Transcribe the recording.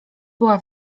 była